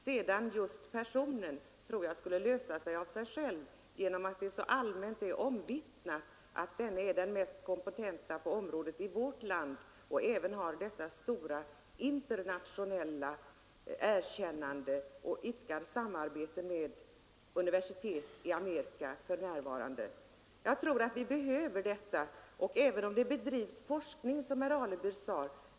Sedan tror jag att personfrågan skulle lösa sig av sig själv genom att det mycket allmänt är omvittnat att den här aktuelle är den mest kompetente på området i vårt land; han har även stort internationellt erkännande och idkar väsentligt samarbete med universitet i Amerika. Jag tror att vi behöver en sådan professur, även om det bedrivs forskning, som herr Alemyr sade.